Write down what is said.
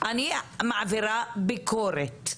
אני מעבירה ביקורת.